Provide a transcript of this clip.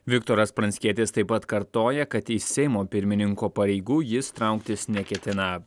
viktoras pranckietis taip pat kartoja kad iš seimo pirmininko pareigų jis trauktis neketina